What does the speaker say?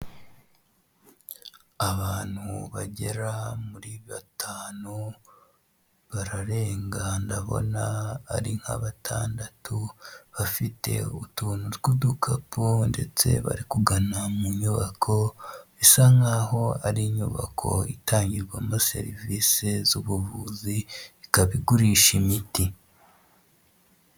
Abantu bagera muri batanu bararenga ndabona ari nka batandatu, bafite utuntu tw'udukapu ndetse barikugana mu nyubako bisa nkaho ari inyubako itangirwamo serivisi z'ubuvuzi ikaba igurisha imiti.